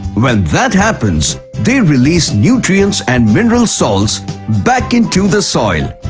when that happens, they release nutrients and mineral salts back into the soil.